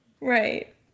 Right